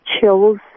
chills